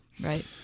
Right